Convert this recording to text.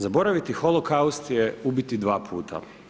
Zaboraviti holokaust, je ubiti 2 puta.